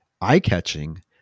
eye-catching